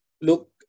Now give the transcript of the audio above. look